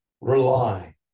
rely